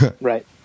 Right